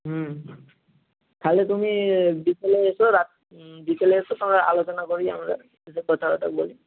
হুম তাহলে তুমি বিকেলে এসো রাত বিকেলে এসো সবাই আলোচনা করি আমরা কথা টথা বলি